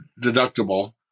deductible